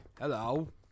Hello